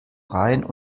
rhein